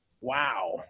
Wow